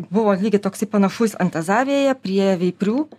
buvo lygiai toksai panašus antazavėje prie veiperių